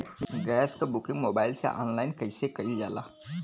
Gas क booking mobile से online कईसे कईल जाला?